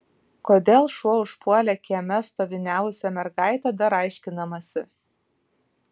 kodėl šuo užpuolė kieme stoviniavusią mergaitę dar aiškinamasi